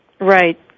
Right